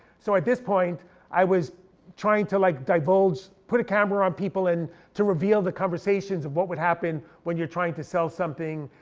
so at this point i was trying to like divulge, put a camera on people, and to reveal the conversations of what would happen when you're trying to sell something,